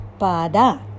Pada